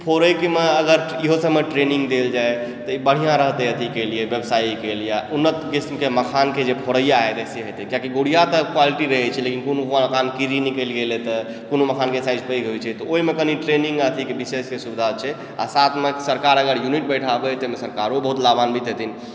फोड़ैमे अगर इहो सबमे ट्रेनिङ्ग देल जाइ तऽ ई बढ़िआँ रहतै अथी के लिए आओर व्यवसायीके लिए उन्नत किस्मके मखानके जे फोड़ैया एलै से हेतै कियाकि गुड़िया तऽ क्वालिटी रहै छै कोनो ओकरामे किरी निकलि गेलै तऽ कोनो मखानके साइज ओहिमे कनि ट्रेनिङ्ग अथी कऽ विशेष सुविधा छै आओर साथमे सरकार अगर यूनिट बैठाबै तऽ एहिमे सरकारो बहुत लाभान्वित हेतै